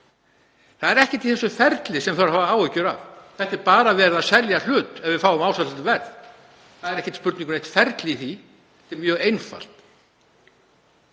Það er ekkert í þessu ferli sem þarf að hafa áhyggjur af. Það er bara verið að selja hlut ef við fáum ásættanlegt verð. Það er ekki spurning um neitt ferli í því. Þetta er mjög einfalt.